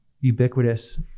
ubiquitous